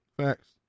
Facts